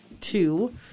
two